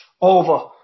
over